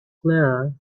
clara